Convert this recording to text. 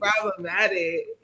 problematic